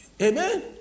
Amen